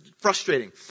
frustrating